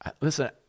listen